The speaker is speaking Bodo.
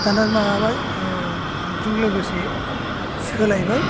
दाना माबाबाय जुगजों लोगोसे सोलायबाय